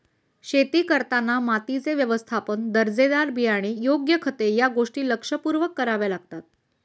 शेती करताना मातीचे व्यवस्थापन, दर्जेदार बियाणे, योग्य खते या गोष्टी लक्षपूर्वक कराव्या लागतात